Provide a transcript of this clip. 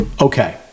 okay